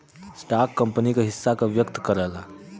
stock company क हिस्सा का व्यक्त करला